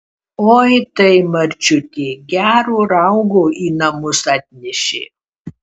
oi tai marčiutė gero raugo į namus atnešė